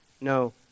no